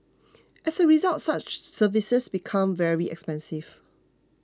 as a result such services become very expensive